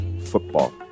football